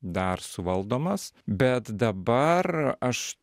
dar suvaldomas bet dabar aš